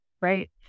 right